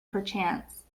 perchance